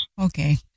Okay